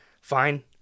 fine